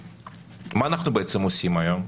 מה אנחנו בעצם עושים היום?